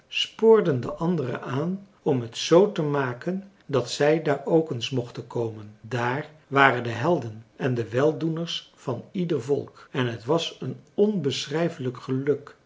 de anderen aan om het zoo te maken dat zij daar ook eens mochten komen dààr waren de helden en weldoeners van ieder volk en het was een onbeschrijfelijk geluk